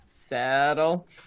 saddle